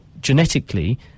genetically